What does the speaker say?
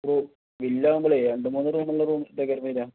room villa ആകുമ്പോൾ രണ്ട് മൂന്ന് റൂം ഉള്ള റൂംസ് ഒക്കെയാണ് വരിക